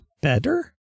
better